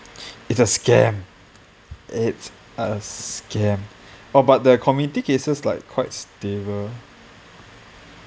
it's a scam it's a scam oh but the community cases like quite stable